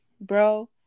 bro